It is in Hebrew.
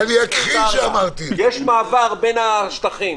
יש מעבר בין השטחים.